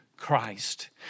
Christ